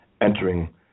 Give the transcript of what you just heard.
entering